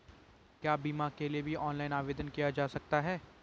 क्या बीमा के लिए भी ऑनलाइन आवेदन किया जा सकता है?